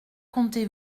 comptez